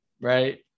Right